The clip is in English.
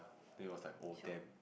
then it was like oh damn